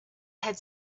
had